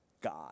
God